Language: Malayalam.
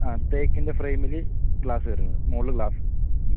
ആ തേക്കിൻ്റ ഫ്രെയിമില് ഗ്ലാസ്സ് വരുന്നത് മുകളില് ഗ്ലാസ്സ്